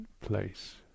place